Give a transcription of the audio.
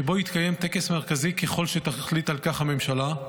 שבו יתקיים טקס מרכזי ככל שתחליט על כך הממשלה,